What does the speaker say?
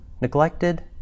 neglected